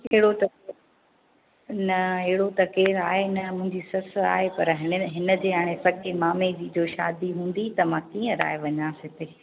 अहिड़ो त न अहिड़ो त केरु आहे न मुंहिंजी ससु आहे पर हिन हिनजे हाणे सॻे मामे जी जो शादी हूंदी त मां कीअं रहाए वञांसि हिते